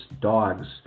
dogs